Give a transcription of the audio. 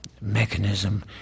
mechanism